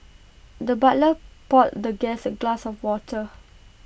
the butler poured the guest A glass of water